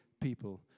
people